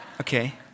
Okay